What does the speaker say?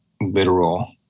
literal